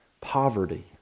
poverty